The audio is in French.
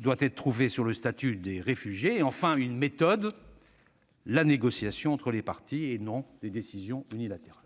doit être trouvée sur le statut des réfugiés ; enfin, une méthode, celle de la négociation entre les parties et non des décisions unilatérales.